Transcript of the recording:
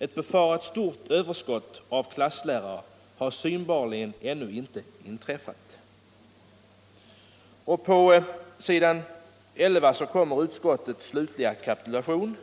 Ett befarat stort överskott av klasslärare har synbarligen ännu inte inträffat.” På s. 11 kommer utskottets slutliga kapitulation,